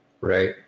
right